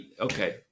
okay